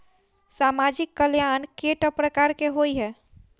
सामाजिक कल्याण केट प्रकार केँ होइ है?